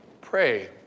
pray